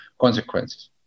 consequences